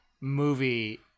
movie